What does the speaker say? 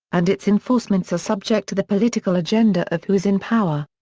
and its enforcements are subject to the political agenda of who is in power.